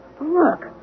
Look